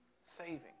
saving